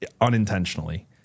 unintentionally